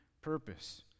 purpose